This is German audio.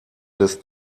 des